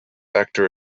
actor